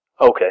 Okay